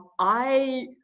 i,